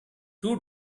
two